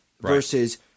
versus